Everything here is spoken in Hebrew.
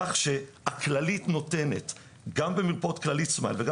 כך שהכללית גם במרפאות כללית סמייל וגם